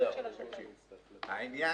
העניין